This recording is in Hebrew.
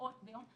שעות ביום.